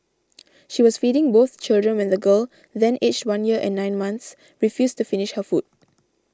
she was feeding both children when the girl then aged one year and nine months refused to finish her food